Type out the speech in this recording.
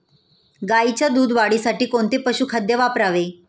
गाईच्या दूध वाढीसाठी कोणते पशुखाद्य वापरावे?